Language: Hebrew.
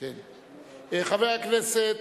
חבר הכנסת,